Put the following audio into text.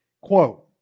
quote